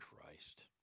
Christ